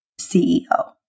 CEO